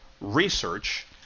research